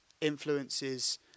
influences